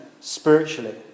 spiritually